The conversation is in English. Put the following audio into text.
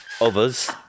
others